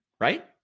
right